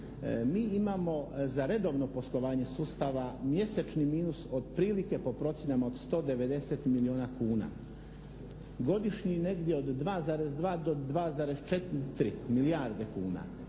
mi imamo za redovno poslovanje sustava mjesečni minus otprilike po procjenama od 190 milijuna kuna, godišnji negdje od 2,2 do 2,4 milijarde kuna.